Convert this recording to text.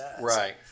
Right